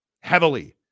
heavily